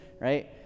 Right